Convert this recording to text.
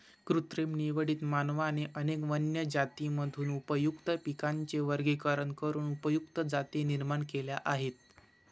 कृत्रिम निवडीत, मानवाने अनेक वन्य जातींमधून उपयुक्त पिकांचे वर्गीकरण करून उपयुक्त जाती निर्माण केल्या आहेत